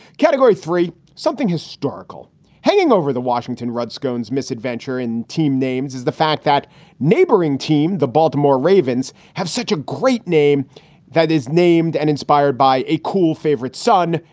category three, something historical hanging over the washington redskins misadventure in team names is the fact that neighboring team, the baltimore ravens, have such a great name that is named and inspired by a cool favorite son,